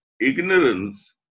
ignorance